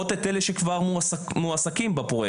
מקמע